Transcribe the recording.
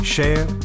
Share